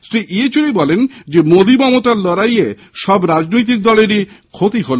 শ্রী ইয়েচুরি বলেন মোদী মমতার লড়াইয়ে সব রাজনৈতিক দলেরই ক্ষতি হল